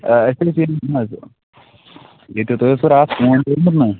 آ ایکچُؤلی حظ ییٚتہِ تۅہہِ اَوسوٕ راتھ فون کوٚرمُت نا